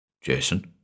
Jason